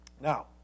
Now